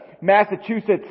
Massachusetts